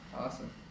awesome